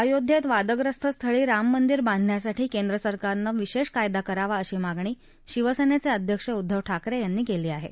अयोध्या वादग्रस्त स्थळी राम मंदीर बांधण्यासाठी केंद्र सरकारनं विशा कायदा करावा अशी मागणी शिवसन्न अध्यक्ष उद्दव ठाकरविनी कली आहा